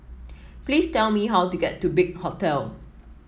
please tell me how to get to Big Hotel